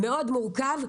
מורכב מאוד,